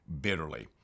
bitterly